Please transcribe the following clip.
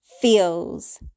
feels